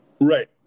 Right